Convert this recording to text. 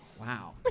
Wow